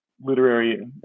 literary